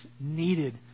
needed